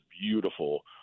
beautiful